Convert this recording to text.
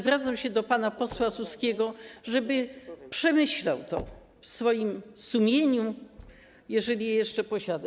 Zwracam się do pana posła Suskiego, żeby przemyślał to w swoim sumieniu, jeżeli je jeszcze posiada.